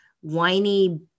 whiny